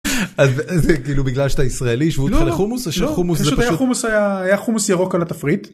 אז זה כאילו בגלל שאתה ישראלי ישבו איתך לחומוס? או שחומוס זה פשוט - לא, פשוט היה חומוס ירוק על התפריט.